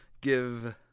give